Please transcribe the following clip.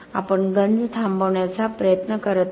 आपण गंज थांबवण्याचा प्रयत्न करत नाही